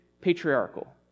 patriarchal